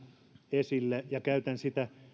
esille ja käytän sitä